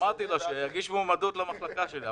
אמרתי לו שיגיש מועמדות למחלקה שלי.